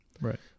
Right